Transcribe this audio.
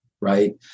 Right